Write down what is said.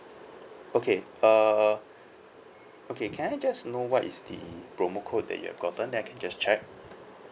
okay uh okay can I just know what is the promo code that you have gotten then I can just check